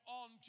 on